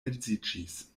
edziĝis